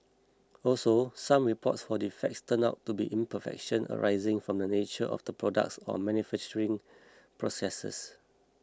also some reports for defects turned out to be imperfections arising from the nature of the products or manufacturing processes